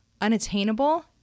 unattainable